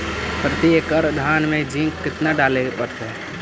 प्रती एकड़ धान मे जिंक कतना डाले पड़ताई?